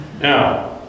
Now